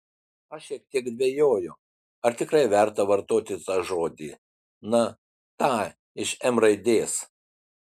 aš šiek tiek dvejojau ar tikrai verta vartoti tą žodį na tą iš m raidės